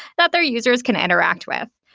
that their users can interact with.